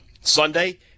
Sunday